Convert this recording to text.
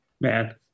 Man